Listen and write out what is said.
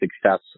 success